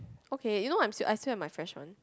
okay you know what I am I still have my fresh one